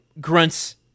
grunts